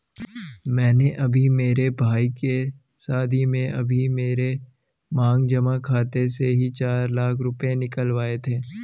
मैंने अभी मेरे भाई के शादी में अभी मेरे मांग जमा खाते से ही चार लाख रुपए निकलवाए थे